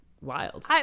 wild